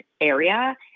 area